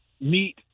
meet